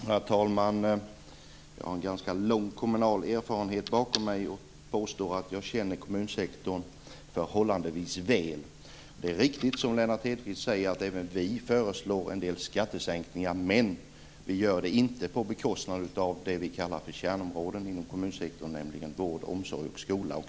Herr talman! Jag har ganska lång kommunal erfarenhet bakom mig, och jag påstår att jag känner kommunsektorn förhållandevis väl. Det är riktigt som Lennart Hedquist säger att även vi föreslår en del skattesänkningar, men vi gör det inte på bekostnad av det vi kallar kärnområden inom kommunsektorn, dvs. vård, omsorg och skola.